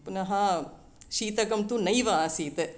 पुनः शीतकं तु नैव आसीत्